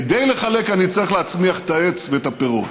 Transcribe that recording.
כדי לחלק אני צריך להצמיח את העץ ואת הפירות,